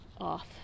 off